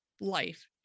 life